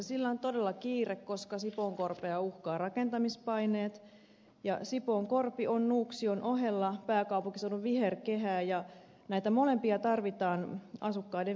sillä on todella kiire koska sipoonkorpea uhkaavat rakentamispaineet ja sipoonkorpi on nuuksion ohella pääkaupunkiseudun viherkehää ja näitä molempia tarvitaan asukkaiden virkistyskäyttöön